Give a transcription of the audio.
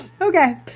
Okay